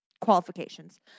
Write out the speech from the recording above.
qualifications